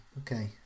okay